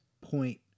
point